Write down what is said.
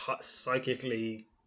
psychically